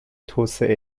توسعه